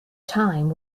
time